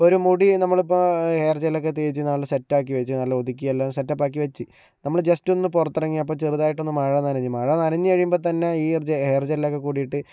ഇപ്പോൾ ഒരു മുടി നമ്മളിപ്പോൾ ഹെയർ ജെല്ലൊക്കെ തേച്ച് നല്ല സെറ്റാക്കി വെച്ച് നല്ല ഒതുക്കിയെല്ലാം സെറ്റപ്പാക്കി വെച്ച് നമ്മള് ജസ്റ്റ് ഒന്ന് പുറത്തിറങ്ങിയപ്പോൾ ചെറുതായിട്ടൊന്നു മഴ നനഞ്ഞു മഴ നനഞ്ഞു കഴിയുമ്പോൾത്തന്നെ ഈ ഒരു ഹെയർ ജെല്ലൊക്കെ കൂടിയിട്ട്